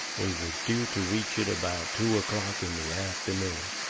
we was due to reach it about two o'clock in the afternoon.